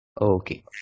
Okay